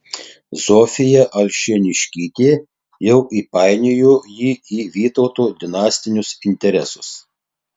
zofija alšėniškytė jau įpainiojo jį į vytauto dinastinius interesus